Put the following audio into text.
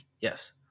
Yes